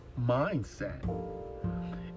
mindset